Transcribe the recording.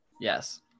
Yes